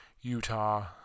utah